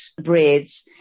breads